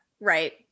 right